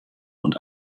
und